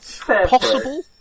Possible